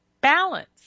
balance